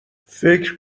فکر